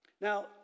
Now